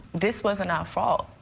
this wasn't our fault,